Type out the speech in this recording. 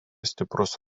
stiprus